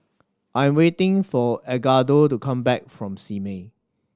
I am waiting for Edgardo to come back from Simei